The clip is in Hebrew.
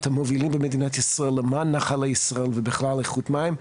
המובילים במדינת ישראל למען נחלי ישראל ובכלל איכות מים.